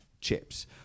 chips